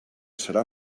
serà